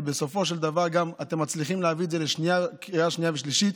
ובסופו של דבר אתם גם מצליחים להביא את זה לקריאה שנייה ושלישית.